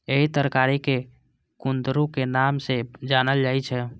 एहि तरकारी कें कुंदरू के नाम सं जानल जाइ छै